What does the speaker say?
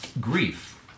Grief